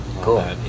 Cool